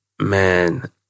man